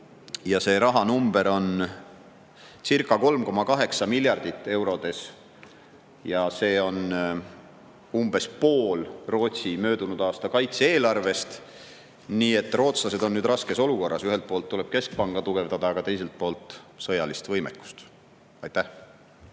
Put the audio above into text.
Ja see rahanumber oncirca3,8 miljardit eurot. See on umbes pool Rootsi möödunud aasta kaitse-eelarvest. Nii et rootslased on raskes olukorras: ühelt poolt tuleb tugevdada keskpanka, aga teiselt poolt sõjalist võimekust. Aitäh!